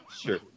sure